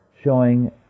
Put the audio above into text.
showing